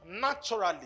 naturally